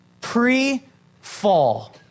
pre-fall